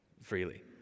freely